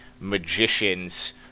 magicians